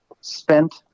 spent